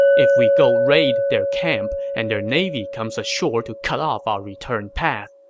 if we go raid their camp and their navy comes ashore to cut off our return path,